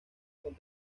con